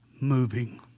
moving